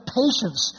patience